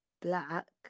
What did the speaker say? black